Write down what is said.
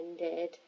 ended